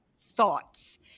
thoughts